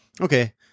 Okay